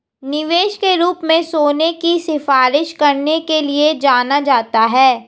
निवेश के रूप में सोने की सिफारिश करने के लिए जाना जाता है